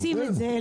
לא עושים את זה,